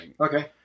Okay